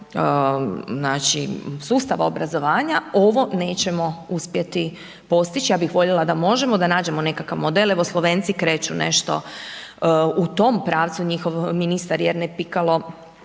znači sustava obrazovanja ovo nećemo uspjeti postići, ja bih voljela da možemo, da nađemo nekakav model. Evo Slovenci kreću nešto u tom pravcu, njihov ministar Jernej Pikalo